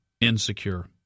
insecure